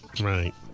Right